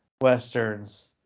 westerns